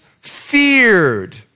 feared